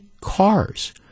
cars